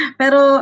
pero